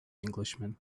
englishman